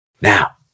Now